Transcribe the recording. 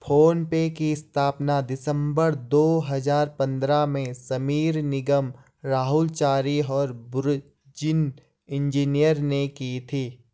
phone पे की स्थापना दिसंबर दो हजार पन्द्रह में समीर निगम, राहुल चारी और बुर्जिन इंजीनियर ने की थी